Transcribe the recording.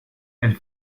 elle